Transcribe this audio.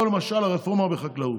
או למשל הרפורמה בחקלאות.